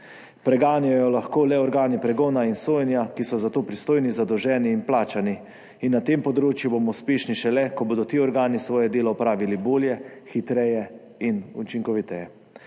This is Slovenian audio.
Preganjajo jo lahko le organi pregona in sojenja, ki so za to pristojni, zadolženi in plačani. Na tem področju bomo uspešni šele, ko bodo ti organi svoje delo opravili bolje, hitreje in učinkoviteje.